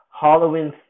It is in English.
Halloween